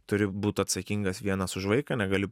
turi būt atsakingas vienas už vaiką negali